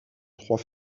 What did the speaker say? trois